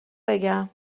بگم